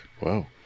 Wow